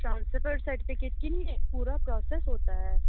transfer certificate کے لیے پورا پروسیس ہوتا ہے